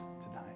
tonight